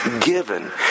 given